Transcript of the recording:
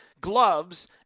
gloves